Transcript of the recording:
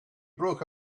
broke